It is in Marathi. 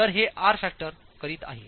तर हे आर फॅक्टर करीत आहे